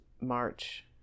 March